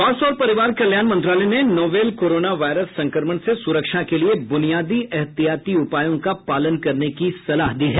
स्वास्थ्य और परिवार कल्याण मंत्रालय ने नोवल कोरोना वायरस संक्रमण से सुरक्षा के लिए बुनियादी एहतियाती उपायों का पालन करने की सलाह दी है